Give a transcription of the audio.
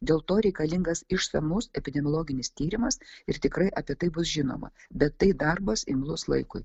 dėl to reikalingas išsamus epidemiologinis tyrimas ir tikrai apie tai bus žinoma bet tai darbas imlus laikui